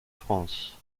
france